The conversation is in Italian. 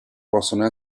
possono